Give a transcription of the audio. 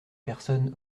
personne